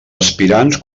aspirants